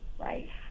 Right